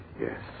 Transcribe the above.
Yes